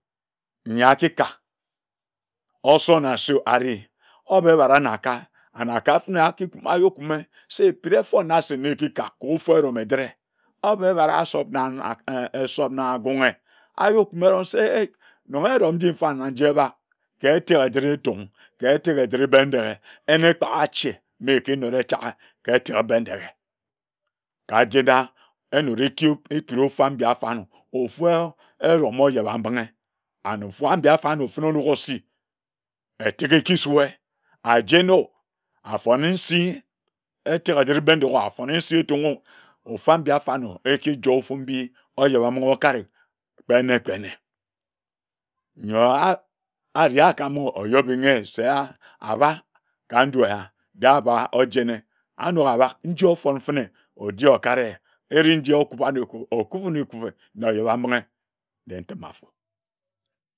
Nyi akikak osor na osur areh oba ebare anakai, anakai fene akikum ayokume se pere mfor na ekikak mfor erome ejire obar ebare asop na agunghe ayokume erong se nonge erom njim fa naji eba ka etek ejire Etung ka etek ejire Bendeghe yin ekpaga ache ma ekinore echage ka eteke Bendeghe kajen enore ekiwud ekiro ofam mbi afarnor, ofua erom ojebambinghe and ofu abi afarnor fene onogoh osi etek ekisue ajeno afone nsi etek ejiri Bendeghe afone nsi Etungo ofam mbi afarnor eki joer ofombi ojebambinghe okare kpe ne kpe ne nyoer areha ka mbinghe oyor binghe se-ah aba ka nju eya de aba ojene anok abak njie ofon fene oje okare ere nji okuban ne ekubi okubibin ekubi na ojebambinghe je ntima afor